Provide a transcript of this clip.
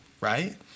right